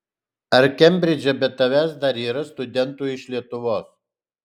ar kembridže be tavęs dar yra studentų iš lietuvos